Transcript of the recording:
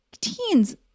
teens